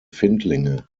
findlinge